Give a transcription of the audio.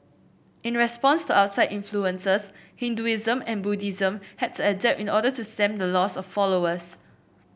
in response to outside influences Hinduism and Buddhism had to adapt in order to stem the loss of followers